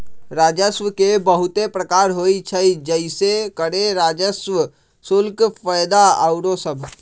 राजस्व के बहुते प्रकार होइ छइ जइसे करें राजस्व, शुल्क, फयदा आउरो सभ